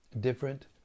different